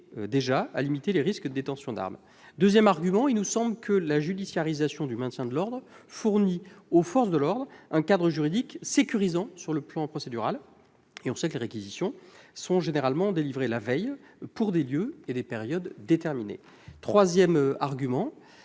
et à limiter les risques de détention d'armes. Ensuite, il nous semble que la judiciarisation du maintien de l'ordre fournit aux forces de l'ordre un cadre juridique sécurisant au niveau procédural. On sait que les réquisitions sont généralement délivrées la veille pour des lieux et des périodes déterminés. Enfin, le présent